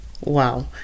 Wow